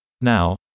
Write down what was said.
Now